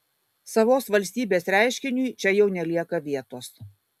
savos valstybės reiškiniui čia jau nelieka vietos